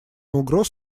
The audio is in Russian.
угроз